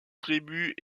tribut